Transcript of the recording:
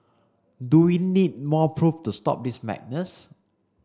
do we need more proof to stop this madness